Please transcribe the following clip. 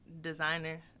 designer